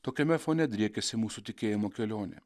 tokiame fone driekiasi mūsų tikėjimo kelionė